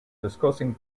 discussing